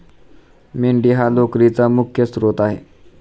मेंढी हा लोकरीचा मुख्य स्त्रोत आहे